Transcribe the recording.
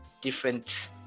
different